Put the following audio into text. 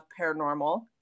Paranormal